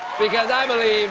because i believe